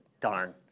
Darn